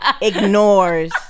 ignores